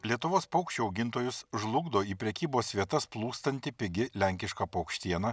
lietuvos paukščių augintojus žlugdo į prekybos vietas plūstanti pigi lenkiška paukštiena